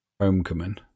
Homecoming